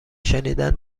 شنیدن